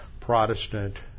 Protestant